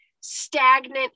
stagnant